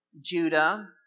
Judah